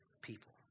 people